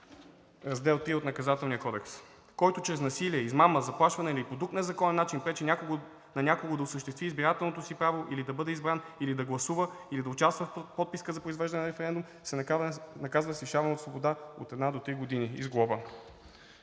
Раздел III от Наказателния кодекс: „Който чрез насилие, измама, заплашване или по друг незаконен начин пречи на някого да осъществи избирателното си право или да бъде избран, или да гласува, или да участва в подписка за произвеждане на референдум, се наказва с лишаване от свобода от 1 до 3 години и с глоба.“